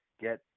get